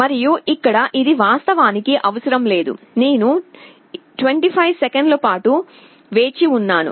మరియు ఇక్కడ ఇది వాస్తవానికి అవసరం లేదు నేను 25 సెకన్ల పాటు వేచి ఉన్నాను